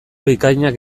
bikainak